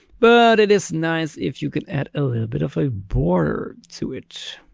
but it is nice if you could add a little bit of a border to it.